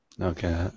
Okay